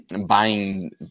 buying